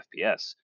FPS